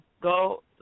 go